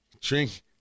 Drink